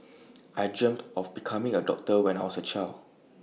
I dreamt of becoming A doctor when I was A child